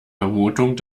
vermutung